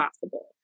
possible